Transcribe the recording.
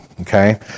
Okay